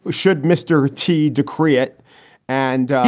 ah should mr. t do create and.